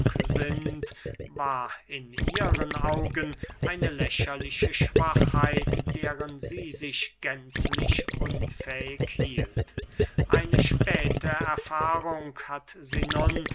sind war in ihren augen eine lächerliche schwachheit deren sie sich gänzlich unfähig hielt eine späte erfahrung hat sie